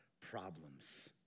problems